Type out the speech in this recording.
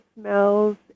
smells